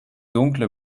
dunkle